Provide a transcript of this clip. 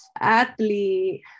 athlete